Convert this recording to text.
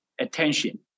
attention